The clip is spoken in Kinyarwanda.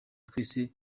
twese